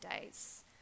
days